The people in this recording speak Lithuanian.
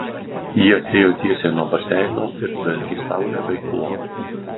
ji atėjo tiesiai nuo baseino ir dvelkė saule bei chloru